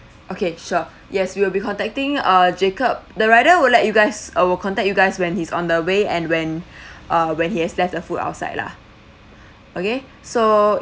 okay sure yes we'll be contacting uh jacob the rider will let you guys I'll contact you guys when he's on the way and when uh when he has left the food outside lah okay so